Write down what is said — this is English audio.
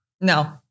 No